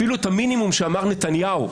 אפילו את המינימום שאמר נתניהו,